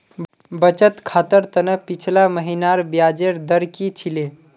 बचत खातर त न पिछला महिनार ब्याजेर दर की छिले